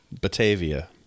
Batavia